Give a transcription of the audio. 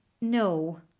No